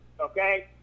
Okay